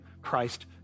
Christ